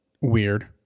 weird